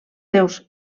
seus